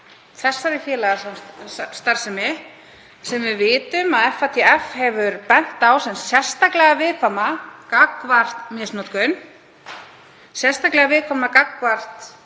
þessari félagastarfsemi sem við vitum að FATF hefur bent á sem sérstaklega viðkvæma gagnvart misnotkun og sérstaklega viðkvæma gagnvart